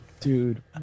Dude